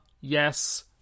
yes